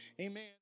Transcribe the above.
Amen